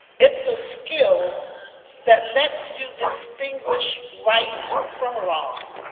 it's a skill that lets you distinguish right from wrong,